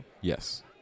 yes